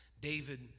David